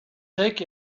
take